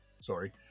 sorry